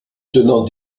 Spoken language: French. tenant